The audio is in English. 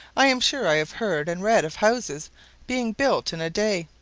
i am sure i have heard and read of houses being built in a day.